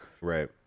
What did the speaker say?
Right